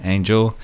Angel